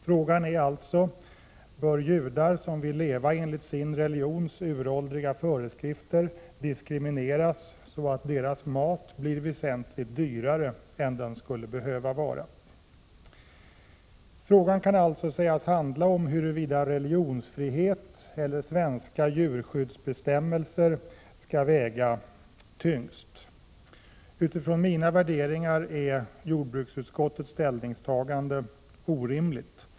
Frågan är: Bör judar som vill leva enligt sin religions uråldriga föreskrifter diskrimineras så att deras mat blir väsentligt dyrare än den skulle behöva vara? Frågan kan sägas handla om huruvida religionsfrihet eller svenska djurskyddsbestämmelser skall väga tyngst. Utifrån mina värderingar är jordbruksutskottets ställningstagande orimligt.